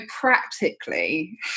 practically